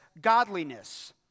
godliness